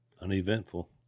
Uneventful